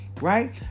right